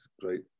great